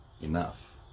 enough